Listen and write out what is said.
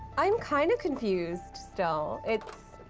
i'm kinda confused still. it's a